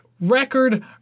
record